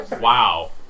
Wow